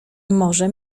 może